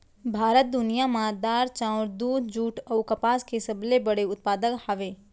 भारत दुनिया मा दार, चाउर, दूध, जुट अऊ कपास के सबसे बड़े उत्पादक हवे